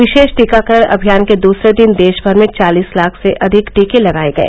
विशेष टीकाकरण अभियान के दूसरे दिन देशभर में चालीस लाख से अधिक टीके लगाए गए